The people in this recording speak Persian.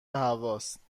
هواست